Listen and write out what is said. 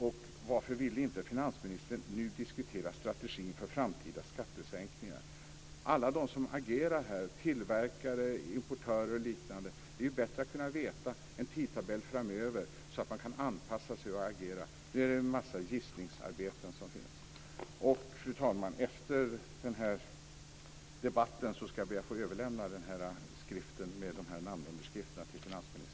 Och varför vill inte finansministern nu diskutera strategin för framtida skattesänkningar? För alla som agerar här, tillverkare, importörer och liknande, är det bättre att känna till en tidtabell framöver, så att man kan anpassa sig. Nu görs en massa gissningsarbete. Fru talman! Efter debatten ska jag be att få överlämna skriften med de här namnunderskrifterna till finansministern.